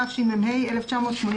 התשמ"ה-1985.